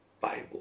bible